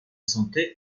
santé